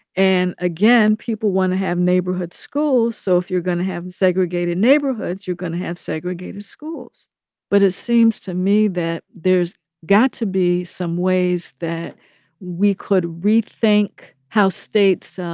and again, people want to have neighborhood schools, so if you're going to have segregated neighborhoods, you're going to have segregated schools but it seems to me that there's got to be some ways that we could rethink how states,